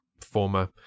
former